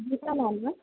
Geetha ಮ್ಯಾಮಾ